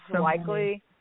likely